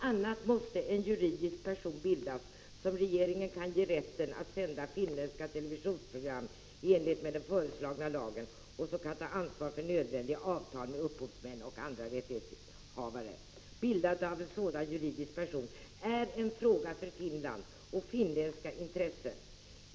a. måste en juridisk person bildas som regeringen kan ge rätten att sända finländska televisionsprogram i enlighet med den föreslagna lagen och som kan ta ansvar för nödvändiga avtal med upphovsmän och andra rättighetshavare. Bildandet av en sådan juridisk person är en fråga för Finland och finländska intressen”.